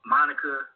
Monica